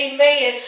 Amen